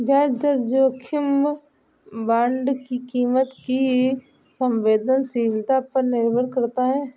ब्याज दर जोखिम बांड की कीमत की संवेदनशीलता पर निर्भर करता है